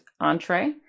entree